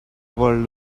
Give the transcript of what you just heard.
world